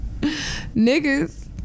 Niggas